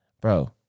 bro